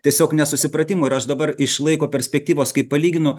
tiesiog nesusipratimų ir aš dabar iš laiko perspektyvos kai palyginu